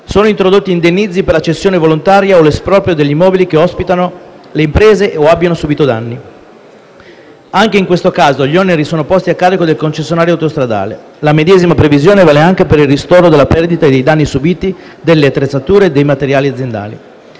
sono introdotti indennizzi per la cessione volontaria o l’esproprio degli immobili che ospitano le imprese che abbiano subito danni. Anche in questo caso, gli oneri sono posti a carico del concessionario autostradale. La medesima previsione vale anche per il ristoro della perdita e dei danni subiti dalle attrezzature e dai materiali aziendali.